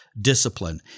discipline